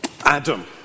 Adam